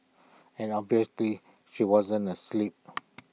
and obviously he wasn't asleep